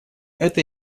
это